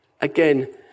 Again